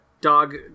dog